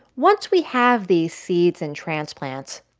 once we have these seeds and transplants,